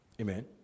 Amen